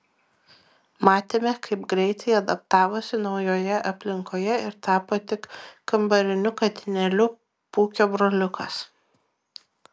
matėme kaip greitai adaptavosi naujoje aplinkoje ir tapo tik kambariniu katinėliu pūkio broliukas